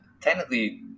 technically